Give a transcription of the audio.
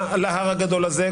להר הגדול הזה,